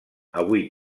avui